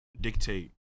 dictate